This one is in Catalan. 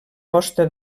posta